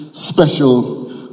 Special